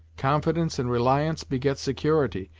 confidence and reliance beget security,